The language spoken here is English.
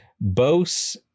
Bose